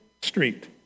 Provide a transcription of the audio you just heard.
Street